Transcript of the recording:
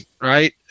right